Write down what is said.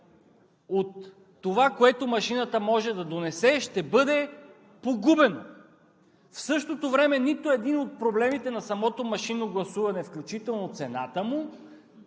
от това, което машината може да донесе, ще бъде погубено. В същото време нито един от проблемите на самото машинно гласуване, включително цената му,